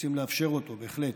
לאפשר אותו בהחלט.